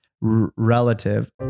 relative